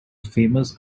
famous